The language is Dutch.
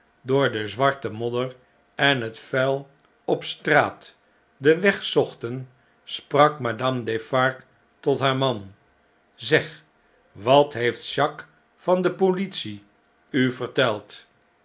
door de zwarte jmodder en het vuil op straat den weg zochten sprak madame defarge tothaarman zeg wat heeft jacques van depolitieu verteld